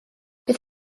bydd